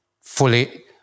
fully